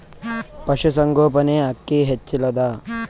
ಪಶುಸಂಗೋಪನೆ ಅಕ್ಕಿ ಹೆಚ್ಚೆಲದಾ?